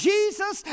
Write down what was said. Jesus